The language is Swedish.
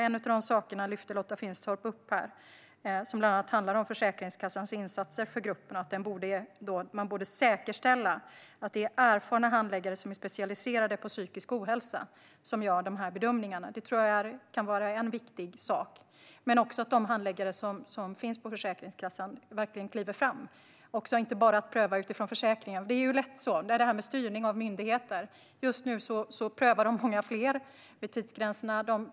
En av de delarna lyfte Lotta Finstorp upp här, och den handlar bland annat om Försäkringskassans insatser för gruppen och att man borde säkerställa att handläggarna som gör de här bedömningarna är specialiserade på psykisk ohälsa. Det tror jag kan vara en viktig sak, liksom att de handläggare som finns på Försäkringskassan verkligen kliver fram och inte bara prövar utifrån försäkringen. Det blir ju lätt så - det är det här med styrning av myndigheter. Just nu prövar de många fler vid tidsgränserna.